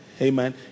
Amen